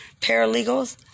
Paralegals